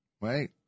Right